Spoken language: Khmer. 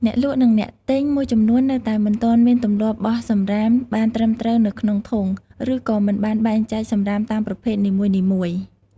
អ្នកលក់ និងអ្នកទិញមួយចំនួននៅតែមិនទាន់មានទម្លាប់បោះសំរាមបានត្រឹមត្រូវទៅក្នុងធុង ឬក៏មិនបានបែងចែកសំរាមតាមប្រភេទនីមួយៗ។